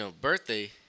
birthday